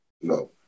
no